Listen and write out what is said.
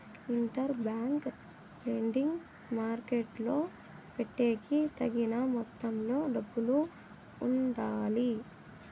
inter bank lending మార్కెట్టులో పెట్టేకి తగిన మొత్తంలో డబ్బులు ఉండాలి